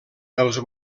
els